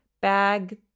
bag